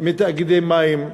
מתאגידי מים.